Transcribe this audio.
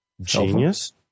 genius